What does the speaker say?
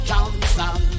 Johnson